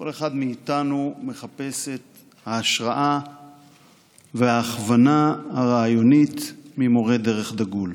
כל אחד מאיתנו מחפש את ההשראה וההכוונה הרעיונית ממורה דרך דגול.